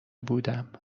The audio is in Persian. بودم